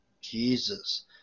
Jesus